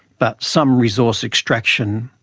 but some resource extraction,